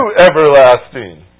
Everlasting